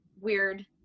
weird